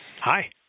Hi